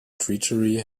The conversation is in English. treachery